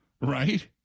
Right